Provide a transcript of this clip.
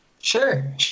Sure